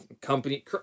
company